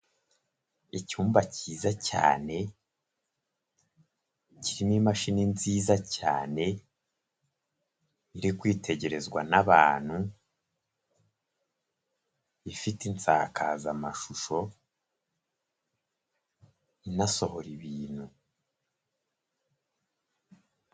Icyumba cyiza cyane, kirimo imashini nziza cyane iri kwitegerezwa n'abantu, ifite insakazamashusho inasohora ibintu.